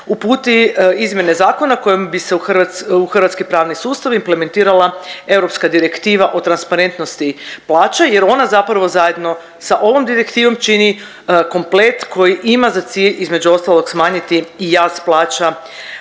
uputi izmjene zakona kojim bi se u hrvatski pravni sustav implementirala Europska direktiva o transparentnosti plaće jer ona zapravo zajedno sa ovom direktivom čini komplet koji ima za cilj između ostalog smanjiti i jaz plaća,